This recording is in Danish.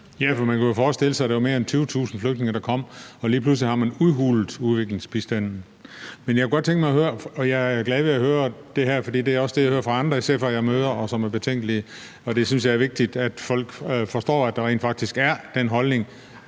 man kunne jo forestille sig, at det var mere end 20.000 flygtninge, der kom, og lige pludselig har man udhulet udviklingsbistanden. Men jeg er glad over at høre det her, for det er også det, jeg hører fra andre SF'ere, jeg møder, som er betænkelige. Og det synes jeg er vigtigt at folk forstår, altså at der rent faktisk er den holdning